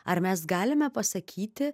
ar mes galime pasakyti